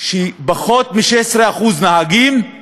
שפחות מ-16% מהנהגים הם